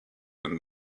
and